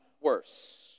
worse